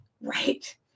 Right